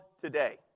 today